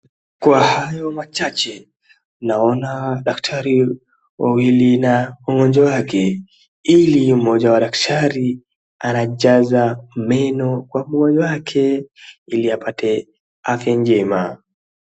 Kwa hayo machache, naona daktari wawili na mgonjwa wake ili mmoja wa daktari anajaza meno kwa mgonjwa wake ili apate afya njema.